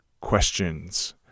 questions